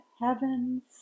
heavens